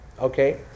okay